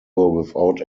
without